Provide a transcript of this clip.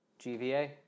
GVA